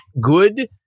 good